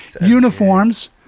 Uniforms